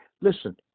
listen